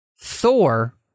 Thor